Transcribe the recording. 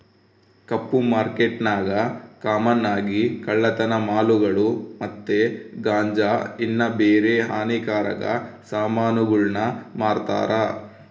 ಕಪ್ಪು ಮಾರ್ಕೆಟ್ನಾಗ ಕಾಮನ್ ಆಗಿ ಕಳ್ಳತನ ಮಾಲುಗುಳು ಮತ್ತೆ ಗಾಂಜಾ ಇನ್ನ ಬ್ಯಾರೆ ಹಾನಿಕಾರಕ ಸಾಮಾನುಗುಳ್ನ ಮಾರ್ತಾರ